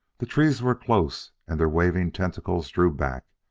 the trees were close, and their waving tentacles drew back,